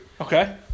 Okay